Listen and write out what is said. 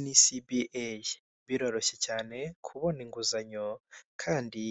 NCBA, biroroshye cyane kubona inguzanyo kandi